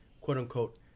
quote-unquote